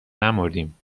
نمردیم